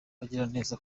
bagiraneza